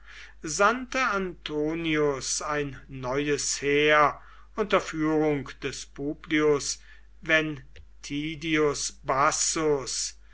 sandte antonius ein neues heer unter führung des publius